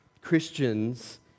Christians